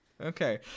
Okay